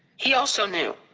he also knew.